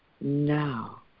now